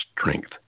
strength